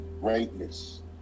greatness